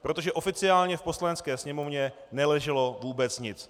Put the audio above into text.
Protože oficiálně v Poslanecké sněmovně neleželo vůbec nic.